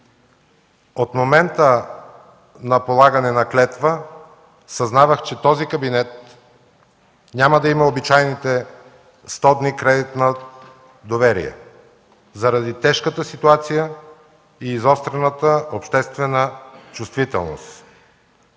От момента на полагане на клетва съзнавах, че този кабинет няма да има обичайните сто дни кредит на доверие, заради тежката ситуация и изострената обществена чувствителност.